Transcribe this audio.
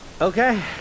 Okay